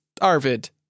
arvid